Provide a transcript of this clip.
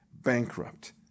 bankrupt